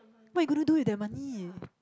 what you gonna do with that money